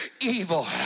evil